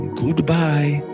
goodbye